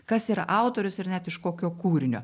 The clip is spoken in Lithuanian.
kas yra autorius ir net iš kokio kūrinio